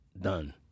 done